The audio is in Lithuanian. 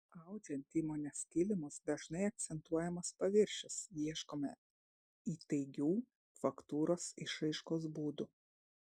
audžiant įmonės kilimus dažnai akcentuojamas paviršius ieškoma įtaigių faktūros išraiškos būdų